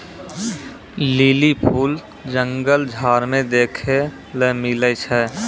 lily फूल जंगल झाड़ मे देखै ले मिलै छै